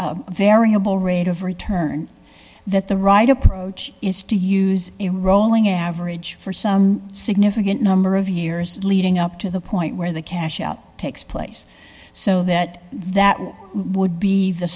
a variable rate of return that the right approach is to use a rolling average for some significant number of years leading up to the point where the cash out takes place so that that would be the